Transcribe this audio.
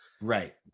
Right